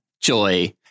Joy